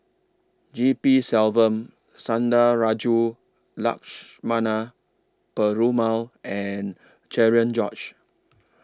G P Selvam Sundarajulu Lakshmana Perumal and Cherian George